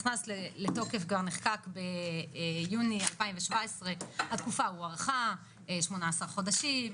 נכנס לתוקף וגם נחקק ביוני 2017. התקופה הוארכה ב-18 חודשים,